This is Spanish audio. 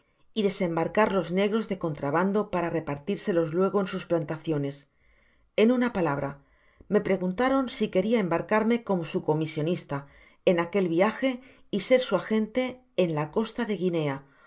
y desembarcar los negros de contrabando para repartírselos luego en sus plantaciones en una palabra me preguntaron si queria embarcarme como su comisionista en aquel viaje y ser su agente en la costa